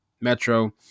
Metro